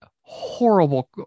horrible